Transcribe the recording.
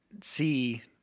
See